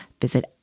visit